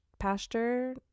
Pasture